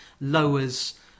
lowers